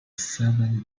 seven